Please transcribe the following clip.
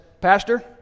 Pastor